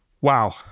Wow